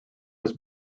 was